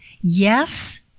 yes